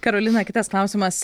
karolina kitas klausimas